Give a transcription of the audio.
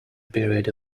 period